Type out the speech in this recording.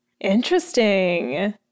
Interesting